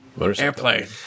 Airplane